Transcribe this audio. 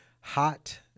hot